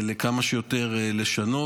כמה שיותר לשנות.